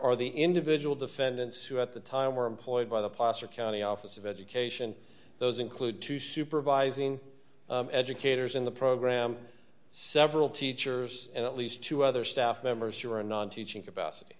are the individual defendants who at the time were employed by the posture county office of education those include two supervising educators in the program several teachers and at least two other staff members who were a non teaching capacity